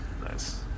Nice